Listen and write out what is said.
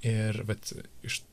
ir vat iš